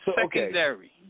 secondary